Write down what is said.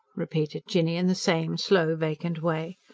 repeated jinny, in the same slow, vacant way.